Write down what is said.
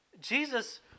Jesus